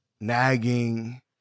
nagging